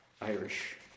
Irish